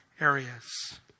areas